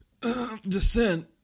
descent